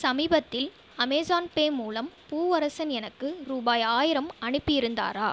சமீபத்தில் அமேஸான்பே மூலம் பூவரசன் எனக்கு ரூபாய் ஆயிரம் அனுப்பியிருந்தாரா